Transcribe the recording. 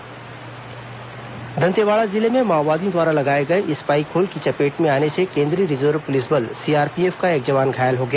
जवान घायल माओवादी गिरफ्तार दंतेवाड़ा जिले में माओवादियों द्वारा लगाए गए स्पाईक होल की चपेट में आने से केंद्रीय रिजर्व पुलिस बल सीआरपीएफ का एक जवान घायल हो गया